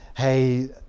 Hey